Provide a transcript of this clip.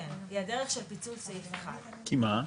נכון, היא הדרך של פיצול סעיף 1. כי מה?